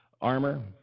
armor